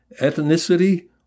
ethnicity